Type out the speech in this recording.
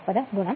1 2